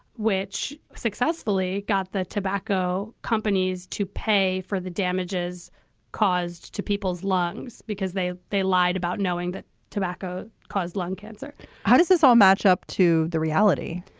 which successfully got the tobacco companies to pay for the damages caused to people's lungs because they they lied about knowing that tobacco caused lung cancer how does this all match up to the reality?